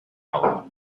color